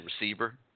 receiver